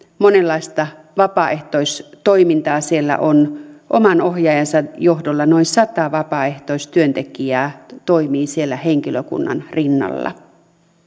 monenlaista vapaaehtoistoimintaa siellä on oman ohjaajansa johdolla noin sata vapaaehtoistyöntekijää toimii siellä henkilökunnan rinnalla